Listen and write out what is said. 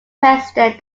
president